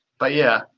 but, yeah,